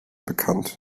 bekannt